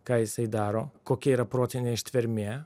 ką jisai daro kokia yra protinė ištvermė